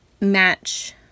match